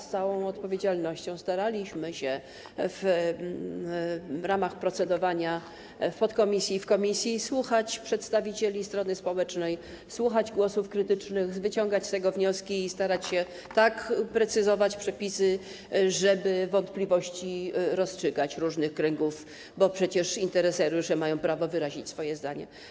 Z całą odpowiedzialnością staraliśmy się w ramach procedowania w podkomisji i w komisji słuchać przedstawicieli strony społecznej, słuchać głosów krytycznych, wyciągać z tego wnioski i próbować tak sprecyzować przepisy, żeby rozstrzygać wątpliwości różnych kręgów, bo przecież interesariusze mają prawo wyrazić swoje zdanie.